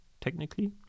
technically